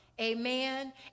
Amen